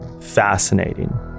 fascinating